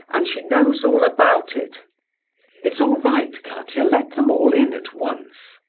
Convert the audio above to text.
and she knows all about it it's all right, katia, let them all in at once.